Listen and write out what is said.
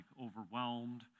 overwhelmed